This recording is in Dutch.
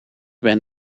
ben